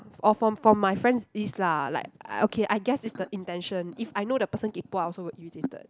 or for for my friend is lah like okay I guess it's the intention if I know the person kaypoh I also will irritated